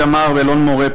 באיתמר ואלון-מורה,